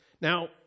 Now